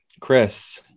Chris